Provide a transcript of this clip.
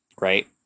right